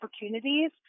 opportunities